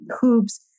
hoops